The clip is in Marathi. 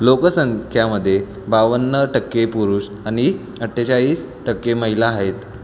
लोकसंख्येमध्ये बावन्न टक्के पुरुष आणि अठ्ठेचाळीस टक्के महिला आहेत